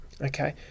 Okay